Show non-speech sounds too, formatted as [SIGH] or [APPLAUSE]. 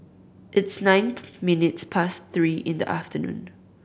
its nine [NOISE] minutes past three in the afternoon